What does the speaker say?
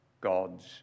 God's